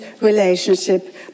relationship